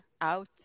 out